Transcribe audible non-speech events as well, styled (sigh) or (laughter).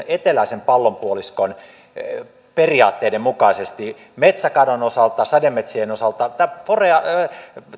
(unintelligible) eteläisen pallonpuoliskon periaatteiden mukaisesti metsäkadon osalta sademetsien osalta tämä boreaalinen